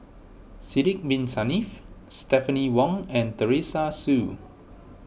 Sidek Bin Saniff Stephanie Wong and Teresa Hsu